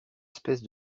espèce